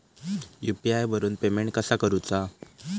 UPI वरून payment कसा करूचा?